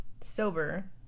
sober